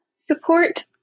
support